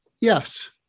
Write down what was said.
Yes